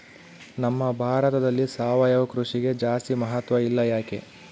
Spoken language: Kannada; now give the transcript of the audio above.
ನಮ್ಮ ಭಾರತದಲ್ಲಿ ಸಾವಯವ ಕೃಷಿಗೆ ಜಾಸ್ತಿ ಮಹತ್ವ ಇಲ್ಲ ಯಾಕೆ?